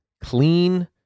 clean